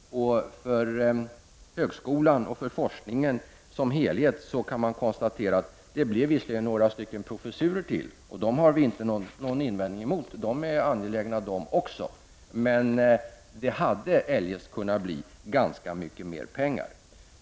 Man kan konstatera att högskolan och forskningen som helhet visserligen fick ytterligare några professurer, och dessa har vi inte någon invändning mot, de är också angelägna, men det hade eljest kunna bli ganska mycket mer pengar.